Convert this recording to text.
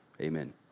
Amen